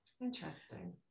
interesting